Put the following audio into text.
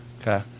Okay